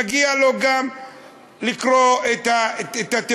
מגיע גם לקרוא את התרגום,